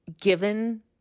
given